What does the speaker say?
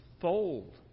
fold